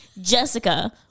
Jessica